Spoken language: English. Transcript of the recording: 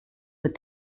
with